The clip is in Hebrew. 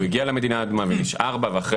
הוא הגיע למדינה האדומה ונשאר בה ואחרי